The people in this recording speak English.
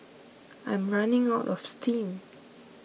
I'm running out of steam